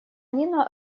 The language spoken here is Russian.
нина